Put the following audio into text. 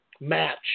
match